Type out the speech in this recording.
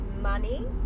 money